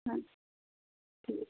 ٹھیٖک